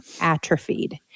atrophied